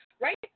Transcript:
Right